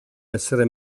essere